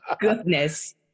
goodness